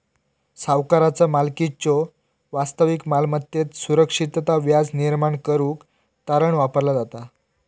सावकाराचा मालकीच्यो वास्तविक मालमत्तेत सुरक्षितता व्याज निर्माण करुक तारण वापरला जाता